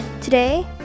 Today